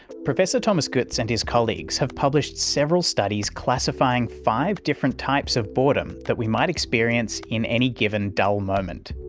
professor thomas goetz and his colleagues have published several studies classifying five different types of boredom that we might experience in any given dull moment.